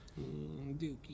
Dookie